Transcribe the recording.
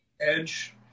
Edge